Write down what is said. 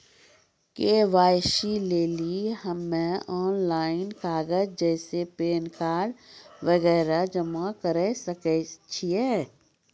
KYC लेली हम्मय online कागज जैसे पैन कार्ड वगैरह जमा करें सके छियै?